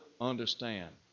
understand